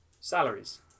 salaries